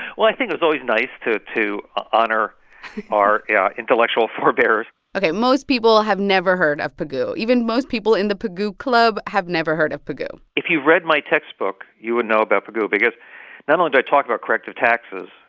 well, i think it's always nice to to honor our yeah intellectual forebears ok, most people have never heard of pigou. even most people in the pigou club have never heard of pigou if you read my textbook, you would know about pigou because not only do i talk about corrective taxes,